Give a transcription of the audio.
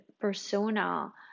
persona